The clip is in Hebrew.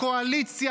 הקואליציה,